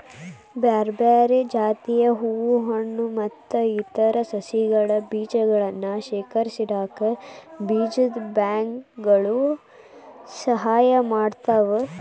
ಬ್ಯಾರ್ಬ್ಯಾರೇ ಜಾತಿಯ ಹೂ ಹಣ್ಣು ಮತ್ತ್ ಇತರ ಸಸಿಗಳ ಬೇಜಗಳನ್ನ ಶೇಖರಿಸಿಇಡಾಕ ಬೇಜ ಬ್ಯಾಂಕ್ ಗಳು ಸಹಾಯ ಮಾಡ್ತಾವ